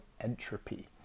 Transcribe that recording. entropy